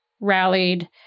rallied